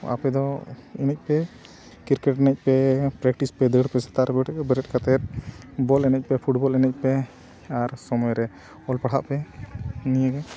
ᱟᱯᱮ ᱫᱚ ᱮᱱᱮᱡ ᱯᱮ ᱠᱨᱤᱠᱮᱴ ᱮᱱᱮᱡ ᱯᱮ ᱯᱨᱮᱠᱴᱤᱥ ᱯᱮ ᱫᱟᱹᱲ ᱯᱮ ᱥᱮᱛᱟᱜ ᱨᱮ ᱵᱮᱨᱮᱫ ᱵᱮᱨᱮᱫ ᱠᱟᱛᱮᱫ ᱵᱚᱞ ᱮᱱᱮᱡ ᱯᱮ ᱯᱷᱩᱴᱵᱚᱞ ᱮᱱᱮᱡ ᱯᱮ ᱟᱨ ᱥᱚᱢᱚᱭ ᱨᱮ ᱚᱞ ᱯᱟᱲᱦᱟᱜ ᱯᱮ ᱱᱤᱭᱟᱹᱜᱮ